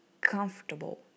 comfortable